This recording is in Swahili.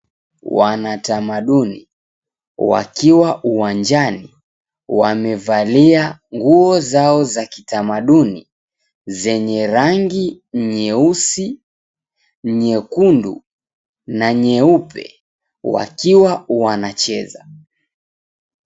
Wanatamaduni wakiwa uwanjani wamevalia nguo zao za kitamaduni zenye rangi nyeusi, nyekundu na nyeupe wakiwa wanacheza.